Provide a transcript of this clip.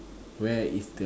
where is the